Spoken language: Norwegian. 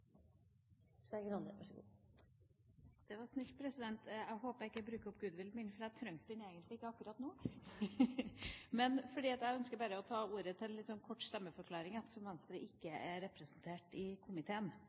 Det var snilt. Jeg håper jeg ikke bruker opp goodwillen min, for jeg trengte den egentlig ikke akkurat nå. Jeg ønsker bare å ta ordet til en kort stemmeforklaring, ettersom Venstre ikke er representert i komiteen.